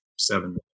seven